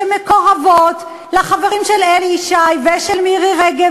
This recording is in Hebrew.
שמקורבות לחברים של אלי ישי ושל מירי רגב,